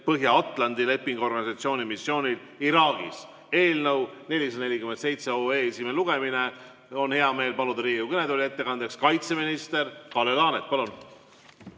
Põhja-Atlandi Lepingu Organisatsiooni missioonil Iraagis" eelnõu 447 esimene lugemine. On hea meel paluda Riigikogu kõnetooli ettekandeks kaitseminister Kalle Laaneti. Palun!